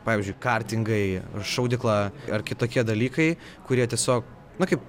pavyzdžiui kartingai šaudykla ar kitokie dalykai kurie tiesiog na kaip